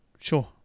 Sure